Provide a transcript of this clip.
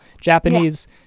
Japanese